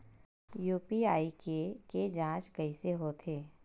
UPI के के जांच कइसे होथे?